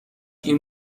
این